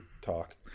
talk